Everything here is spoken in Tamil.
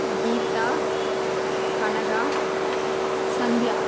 கீதா கனகா சந்தியா